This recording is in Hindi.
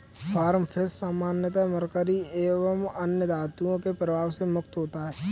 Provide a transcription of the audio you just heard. फार्म फिश सामान्यतः मरकरी एवं अन्य धातुओं के प्रभाव से मुक्त होता है